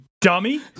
dummy